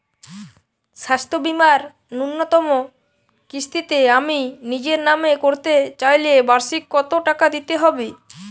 স্বাস্থ্য বীমার ন্যুনতম কিস্তিতে আমি নিজের নামে করতে চাইলে বার্ষিক কত টাকা দিতে হবে?